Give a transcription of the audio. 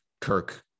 Kirk